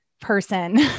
person